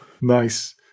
Nice